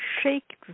shake